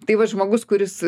tai va žmogus kuris